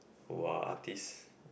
who are artist